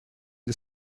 для